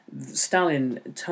Stalin